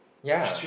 ya